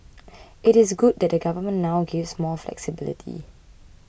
it is good that the government now gives more flexibility